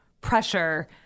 pressure